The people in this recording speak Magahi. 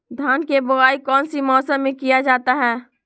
धान के बोआई कौन सी मौसम में किया जाता है?